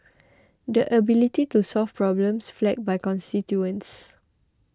the ability to solve problems flagged by constituents